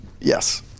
Yes